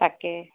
তাকে